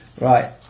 Right